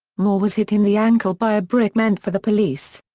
moore was hit in the ankle by a brick meant for the police.